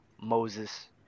Moses